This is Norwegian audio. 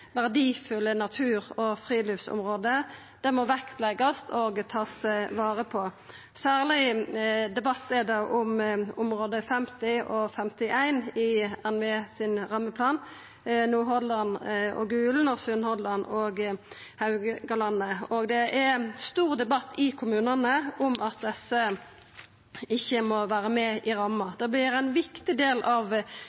verdifulle natur- og friluftsområde, må vektleggjast og verta tatt vare på. Særleg debatt er det om områda 50 og 51 i NVE sin rammeplan, Nordhordland og Gulen og Sunnhordland og Haugalandet, og det er stor debatt i kommunane om at desse ikkje må vera med i ramma.